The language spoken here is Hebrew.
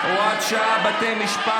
תודה.